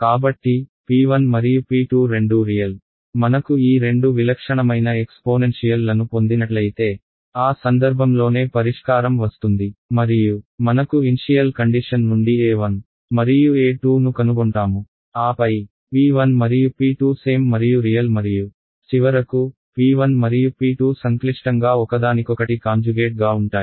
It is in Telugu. కాబట్టి p 1 మరియు p2 రెండూ రియల్ మనకు ఈ రెండు విలక్షణమైన ఎక్స్పోనెన్షియల్లను పొందినట్లయితే ఆ సందర్భంలోనే పరిష్కారం వస్తుంది మరియు మనకు ఇన్షియల్ కండిషన్ నుండి a1 మరియు a2 ను కనుగొంటాము ఆపై p 1 మరియు p 2 సేమ్ మరియు రియల్ మరియు చివరకు p1 మరియు p2 సంక్లిష్టంగా ఒకదానికొకటి కాంజుగేట్ గా ఉంటాయి